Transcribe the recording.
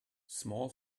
small